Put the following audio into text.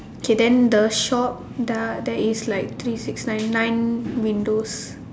okay then the shop there there is like three six nine nine windows